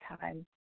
time